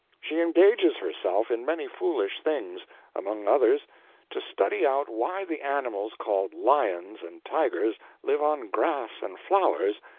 she engages herself in many foolish things among others to study out why the animals called lions and tigers live on grass and flowers,